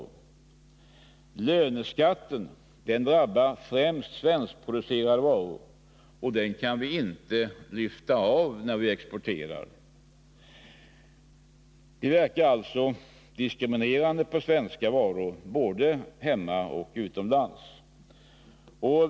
Löneskatterna däremot drabbar främst svenskproducerade varor och lyfts inte av vid export. De verkar alltså diskriminerande på svenska varor både hemma och utomlands.